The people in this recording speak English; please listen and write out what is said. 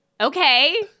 Okay